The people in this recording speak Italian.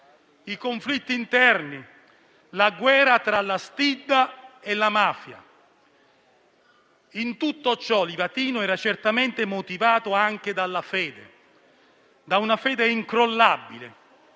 i conflitti interni, la guerra tra la stidda e la mafia. In tutto ciò, Livatino era certamente motivato anche dalla fede, da una fede incrollabile,